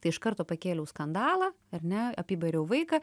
tai iš karto pakėliau skandalą ar ne apibariau vaiką